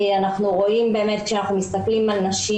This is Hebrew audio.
אנחנו רואים באמת כשאנחנו מסתכלים על נשים